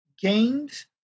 gained